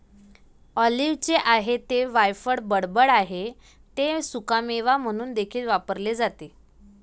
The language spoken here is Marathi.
ऑलिव्हचे आहे ते वायफळ बडबड आहे ते सुकामेवा म्हणून देखील वापरले जाते